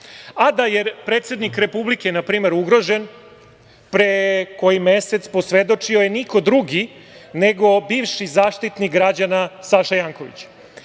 a da je predsednik Republike, na primer ugrožen, pre koji mesec, posvedočio je niko drugi nego bivši Zaštitnik građana Saša Janković. Govoriću,